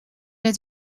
het